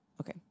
Okay